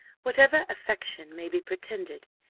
whatever affection may be pretended,